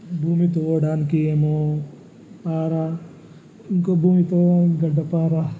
భూమి తవ్వడానికి ఏమో పార ఇంకో భూమితో గడ్డపార